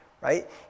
right